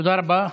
תודה רבה.